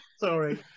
Sorry